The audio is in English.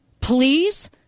Please